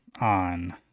on